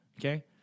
Okay